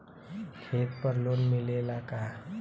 खेत पर लोन मिलेला का?